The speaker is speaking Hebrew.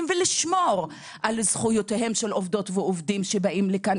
ולשמור על זכויותיהם של עובדות ועובדים שבאים לכאן,